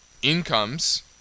Incomes